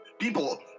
people